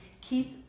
Keith